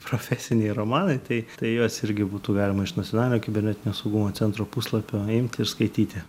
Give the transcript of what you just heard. profesiniai romanai tai tai juos irgi būtų galima iš nacionalinio kibernetinio saugumo centro puslapio imti ir skaityti